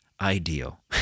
ideal